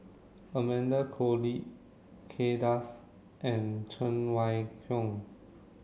Amanda Koe Lee Kay Das and Cheng Wai Keung